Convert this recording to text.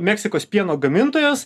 meksikos pieno gamintojas